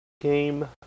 game